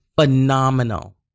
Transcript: phenomenal